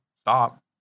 stop